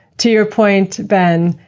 to your point, ben,